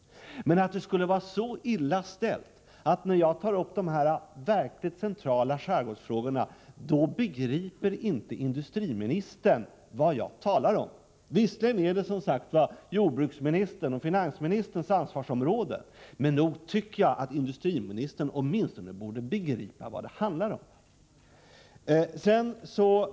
Men jag kunde inte tro att det skulle vara så illa ställt att industriministern inte begriper vad jag talar om när jag tar upp dessa verkligt centrala skärgårdsfrågor. Visserligen är detta som sagt jordbruksministerns och finansministerns ansvarsområden, men nog tycker jag att industriministern åtminstone borde begripa vad det handlar om.